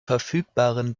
verfügbaren